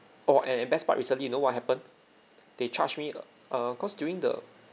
orh and and best part recently you know what happened they charged me uh err cause during the